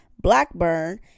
Blackburn